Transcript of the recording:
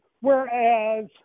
Whereas